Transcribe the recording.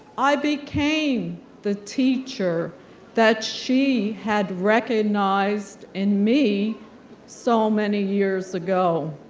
i became the teacher that she had recognized in me so many years ago.